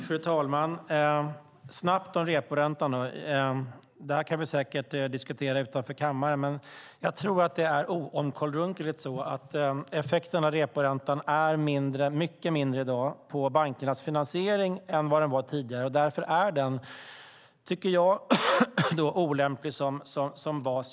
Fru talman! Jag ska snabbt säga något om reporäntan. Detta kan vi säkert diskutera utanför kammaren. Jag tror att det är oomkullrunkeligt att effekten av reporäntan på bankernas finansiering är mycket mindre i dag än tidigare. Därför är den olämplig som bas.